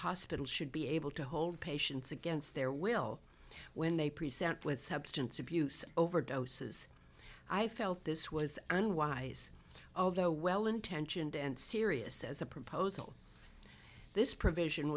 hospital should be able to hold patients against their will when they present with substance abuse overdoses i felt this was unwise although well intentioned and serious as a proposal this provision